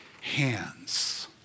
hands